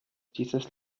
dieses